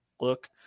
look